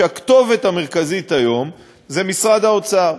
שהכתובת המרכזית היום זה משרד האוצר.